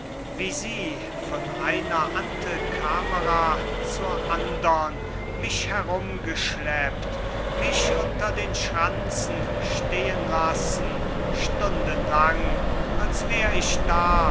wie sie von einer antecamera zur andern mich herumgeschleppt mich unter den schranzen stehen lassen stundenlang als wär ich da